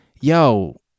yo